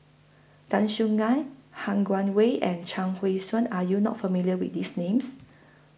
Tan Soo NAN Han Guangwei and Chuang Hui Tsuan Are YOU not familiar with These Names